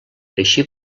així